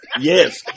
yes